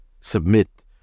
submit